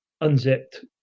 unzipped